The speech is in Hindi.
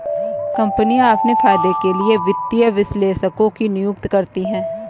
कम्पनियाँ अपने फायदे के लिए वित्तीय विश्लेषकों की नियुक्ति करती हैं